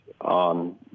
on